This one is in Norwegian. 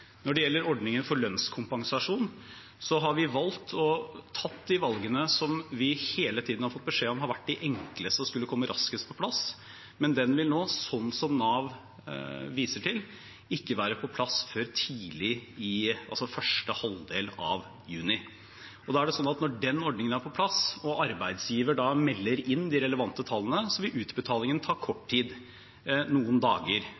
Når det gjelder ordningen for lønnskompensasjon, har vi valgt å ta de valgene som vi hele tiden har fått beskjed om har vært de enkleste, og som skulle komme raskest på plass, men den vil nå, slik Nav viser til, ikke være på plass før første halvdel av juni. Da er det sånn at når den ordningen er på plass og arbeidsgiver melder inn de relevante tallene, vil utbetalingene ta kort tid, noen dager.